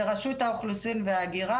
זה רשות האוכלוסין וההגירה,